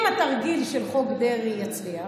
אם התרגיל של חוק דרעי יצליח,